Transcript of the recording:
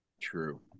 True